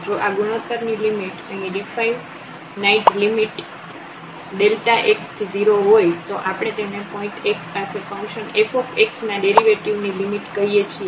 જો આ ગુણોત્તર ની લિમિટ અહીં ડીફાઈનાઈટ લીમીટ x→0 હોય તો આપણે તેને પોઇન્ટ x પાસે ફંકશન fx ના ડેરિવેટિવ ની લિમિટ કહીએ છીએ